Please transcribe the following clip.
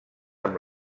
amb